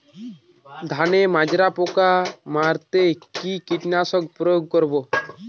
ধানের মাজরা পোকা মারতে কি কীটনাশক প্রয়োগ করব?